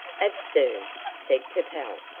absurd? said capel.